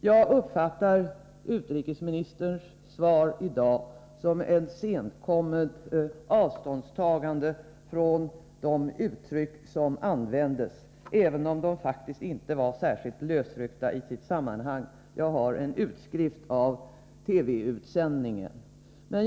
Jag uppfattar utrikesministerns svar i dag som ett senkommet avståndstagande från de uttryck som användes, även om de faktiskt inte var lösryckta ur sitt sammanhang — jag har en utskrift av vad som sades i TV-utsändningen.